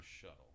shuttle